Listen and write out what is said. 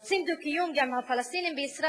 רוצים דו-קיום גם עם הפלסטינים בישראל